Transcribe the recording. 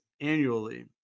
annually